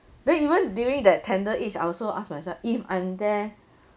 then even during that tender age I also ask myself if I'm there